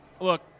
Look